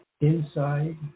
inside